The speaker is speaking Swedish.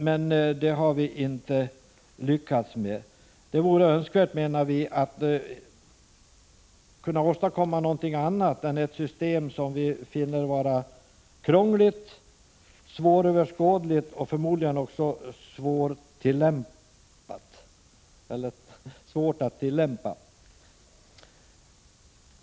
Det har vi emellertid inte lyckats med. Det vore önskvärt, menar vi, att kunna åstadkomma något annat än ett system som vi finner vara krångligt, svåröverskådligt och förmodligen också svårt att tillämpa.